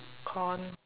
corn